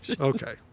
Okay